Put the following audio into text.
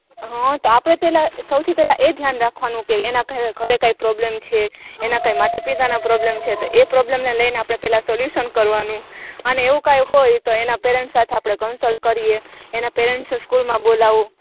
હં તો આપણે પહેલાં સૌથી પહેલાં એ ઘ્યાન રાખવાનું કે એના કંઈ ઘરે કાંઈ પ્રોબ્લેમ છે એના કાંઈ માતા પિતાના પ્રોબ્લમ છે તો એ પ્રોબ્લેમને લઈને આપણે પહેલાં સોલ્યુસન કરવાનું અને એવું કાંઈ હોય તો એના પેરેન્ટ સાથે આપણે કન્સલ્ટ કરીએ એના પેરેન્ટ્સને સ્કૂલમાં બોલાવો